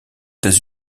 états